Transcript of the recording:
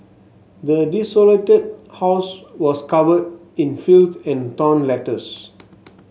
the desolated house was covered in filth and torn letters